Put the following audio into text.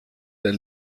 der